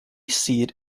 seat